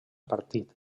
partit